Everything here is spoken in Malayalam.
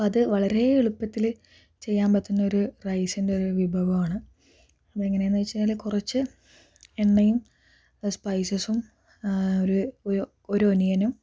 അപ്പം അത് വളരെ എളുപ്പത്തിൽ ചെയ്യാൻ പറ്റുന്ന ഒരു റൈസിൻ്റെ ഒരു വിഭവമാണ് അതെങ്ങനെയാണെന്ന് വെച്ചാൽ കുറച്ച് എണ്ണയും സ്പൈസസും ഒരു ഒരു ഒനിയനും